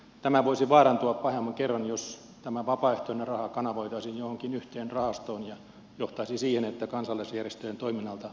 tämä voisi vaarantua pahemman kerran jos tämä vapaaehtoinen raha kanavoitaisiin johonkin yhteen rahastoon ja se johtaisi siihen että kansalaisjärjestöjen toiminnalta menisivät edellytykset